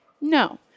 No